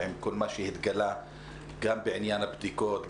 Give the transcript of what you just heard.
ועם כל מה שהתגלה גם בעניין הבדיקות,